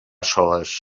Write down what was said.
soles